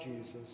Jesus